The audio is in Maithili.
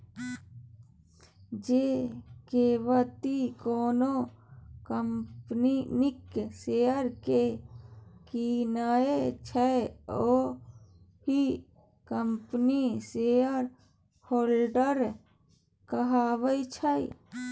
जे बेकती कोनो कंपनीक शेयर केँ कीनय छै ओ ओहि कंपनीक शेयरहोल्डर कहाबै छै